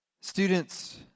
Students